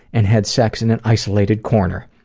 and had sex in an isolated corner.